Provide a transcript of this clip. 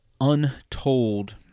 untold